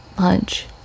Lunch